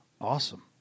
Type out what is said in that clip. Awesome